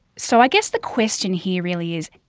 so i guess the question here really is,